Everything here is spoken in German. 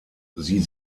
sie